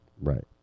Right